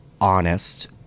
honest